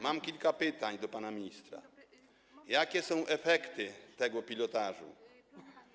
Mam kilka pytań do pana ministra: Jakie są efekty tego pilotażu?